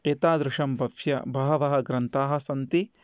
एतादृशं बह्व बहवः ग्रन्थाः सन्ति